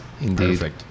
Indeed